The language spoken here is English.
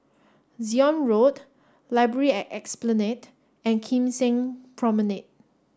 Zion Road Library at Esplanade and Kim Seng Promenade